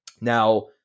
Now